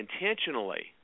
intentionally